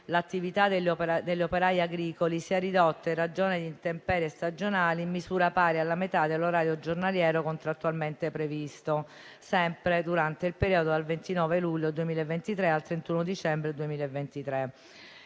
l'attività degli operai agricoli sia ridotta, in ragione di intemperie stagionali, in misura pari alla metà dell'orario giornaliero contrattualmente previsto sempre durante il periodo dal 29 luglio 2023 al 31 dicembre 2023.